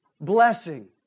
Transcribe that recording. blessing